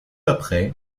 après